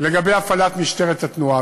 לגבי הפעלת משטרת התנועה.